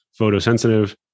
photosensitive